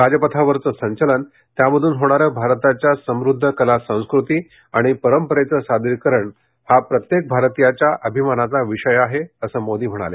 राजपथावरचं संचलन त्यामधून होणारं भारताच्या समुद्ध कला संस्कृती आणि परंपरेचं सादरीकरण हा प्रत्येक भारतीयाच्या अभिमानाचा विषय आहे असं मोदी म्हणाले